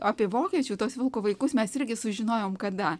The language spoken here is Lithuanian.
apie vokiečių tuos vilko vaikus mes irgi sužinojom kada